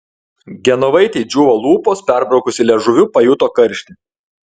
genovaitei džiūvo lūpos perbraukusi liežuviu pajuto karštį